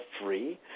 free